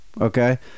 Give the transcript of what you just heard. okay